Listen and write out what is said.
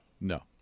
No